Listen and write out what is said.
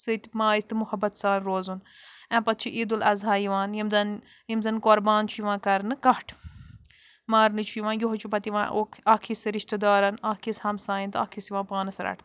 سۭتۍ ماے تہٕ محبت سان روزُن اَمہِ پتہٕ چھِ عيدُ الأضحى یِوان یِم زن یِم زن قۄربان چھُ یِوان کرنہٕ کَٹھ مارنہٕ چھُ یِوان یویہِ چھُ پتہٕ یِوان اۄکھ اَکھ حِصہٕ رشتہٕ دارن اَکھ حصہٕ ہمساین تہٕ اَکھ حِصہٕ یِوان پانس رٹنہٕ